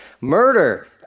Murder